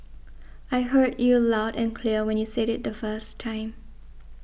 I heard you loud and clear when you said it the first time